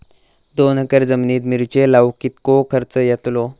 दोन एकर जमिनीत मिरचे लाऊक कितको खर्च यातलो?